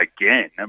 again